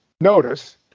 notice